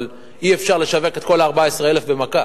אבל אי-אפשר לשווק את כל ה-14,000 במכה,